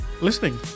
listening